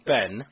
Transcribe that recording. Ben